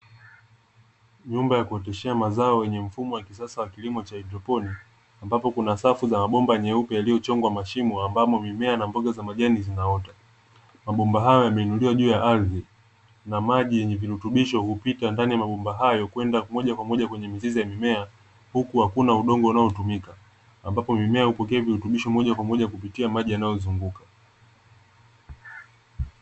Nyumba ya kuoteshea mazao yenye mfumo wa kisasa wa kilimo cha haidroponi, ambapo kuna safu za mabomba muepe yaliyochongwa mashimo ambapo mimea na mboga za majani zinaota. Mabomba hayo yameinuliwa juu ya ardhi na maji yenye virutubishi hupita ndani ya mabomba hayo kwenda moja kwa moja kwenye mizizi ya mimea, huku hakuna udongo unaotumika ambapo mimea hupokea virutubishi moja kwa moja kupitia maji yanayozunguka.